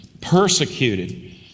persecuted